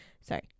Sorry